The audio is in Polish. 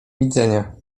widzenia